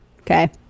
okay